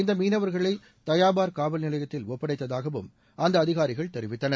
இந்த மீனவர்களை தயாபார் காவல்நிலையத்தில் ஒப்படைத்ததாகவும் அந்த அதிகாரிகள் தெரிவித்தனர்